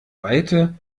weite